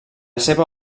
seva